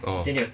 uh